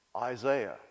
Isaiah